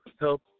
help